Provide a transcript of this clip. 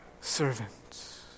servants